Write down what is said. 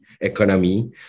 economy